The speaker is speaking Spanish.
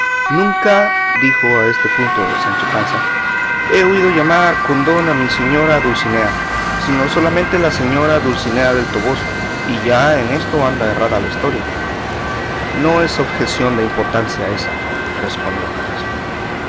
nunca dijo a este punto sancho panza he oído llamar con don a mi señora dulcinea sino solamente la señora dulcinea del toboso y ya en esto anda errada la historia no es objeción de importancia ésa respondió carrasco